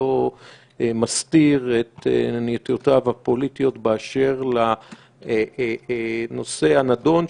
וכל אחד גם לא מסתיר את נטיותיו הפוליטיות באשר לנושא הנדון,